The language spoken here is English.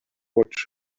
what